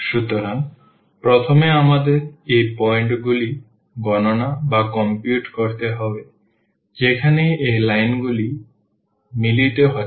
সুতরাং প্রথমে আমাদের এই পয়েন্টগুলি গণনা করতে হবে যেখানে এই লাইনগুলি মিলিত হচ্ছে